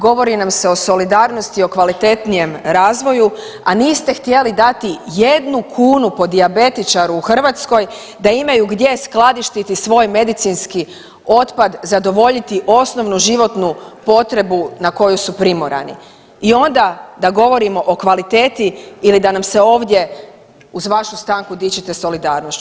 Govori nam se o solidarnosti i o kvalitetnijem razvoju, a niste htjeli dati jednu kunu po dijabetičaru u Hrvatskoj da imaju gdje skladištiti svoj medicinski otpad, zadovoljiti osnovnu životnu potrebu na koju su primorani i onda da govorimo o kvaliteti ili da nam se ovdje uz vašu stanku dičite solidarnošću.